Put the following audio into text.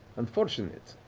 unfortunate.